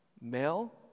male